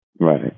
Right